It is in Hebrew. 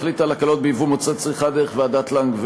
החליטה על הקלות בייבוא מוצרי צריכה דרך ועדת לנג,